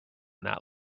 that